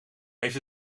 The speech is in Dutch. heeft